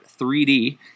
3D